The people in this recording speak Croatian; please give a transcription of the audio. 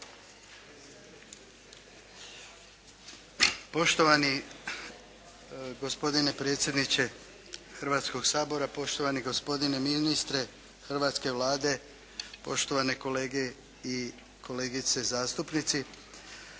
Poštovani gospodine predsjedniče Hrvatskog sabora, poštovani gospodine ministre hrvatske Vlade, poštovane kolege i kolegice zastupnici.